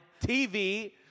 TV